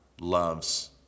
loves